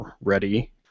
ready